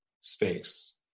space